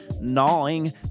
gnawing